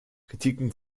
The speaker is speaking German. kritiken